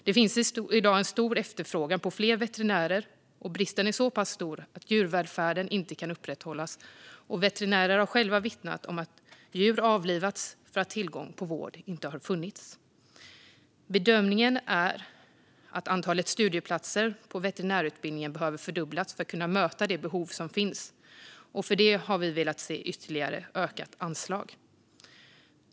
Det finns i dag en stor efterfrågan på fler veterinärer, och bristen är så pass stor att djurvälfärden inte kan upprätthållas. Veterinärer har själva vittnat om att djur avlivats för att tillgång på vård inte funnits. Bedömningen är att antalet studieplatser på veterinärutbildningen behöver fördubblas för att kunna möta det behov som finns. För detta hade vi velat se ett ytterligare ökat anslag.